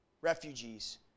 refugees